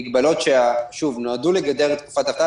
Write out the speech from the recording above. המגבלות שחלות היום על עד גיל 20 הן מגבלות שנועדו לגדר את התקופה.